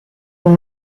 con